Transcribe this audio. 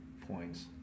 points